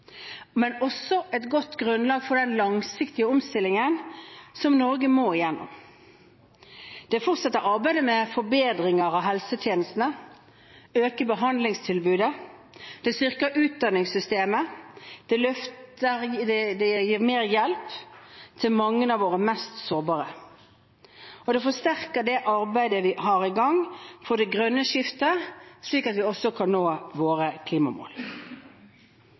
men også et godt grunnlag for den langsiktige omstillingen som Norge må gjennom. Det fortsetter arbeidet med forbedringer av helsetjenestene og øker behandlingstilbudet. Det styrker utdanningssystemet. Det gir mer hjelp til mange av våre mest sårbare. Det forsterker det arbeidet vi har i gang for det grønne skiftet, slik at vi også kan nå våre klimamål.